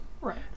Right